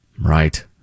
Right